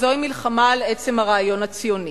וזו מלחמה על עצם הרעיון הציוני.